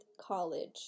college